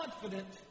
confident